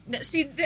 see